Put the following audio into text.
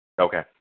Okay